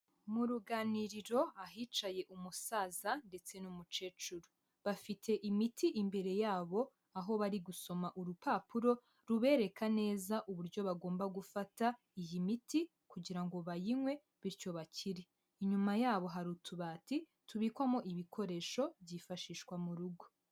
Mu ruganiriro ahicaye umusaza ndetse n'umukecuru, bafite imiti imbere yabo aho bari gusoma urupapuro rubereka neza uburyo bagomba gufata iyi miti kugira ngo bayinywe bityo bakire, inyuma yabo hari utubati tubikwamo ibikoresho byifashishwa mu rugo.